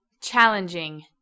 Challenging